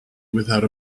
without